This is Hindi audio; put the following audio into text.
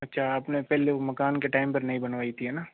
अच्छा आपने पहले वो मकान के टाइम पर नहीं बनवाई थी है न